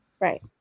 Right